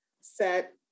set